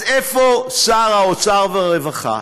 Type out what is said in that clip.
אז איפה שר האוצר והרווחה?